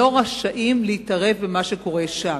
לא רשאים להתערב במה שקורה שם.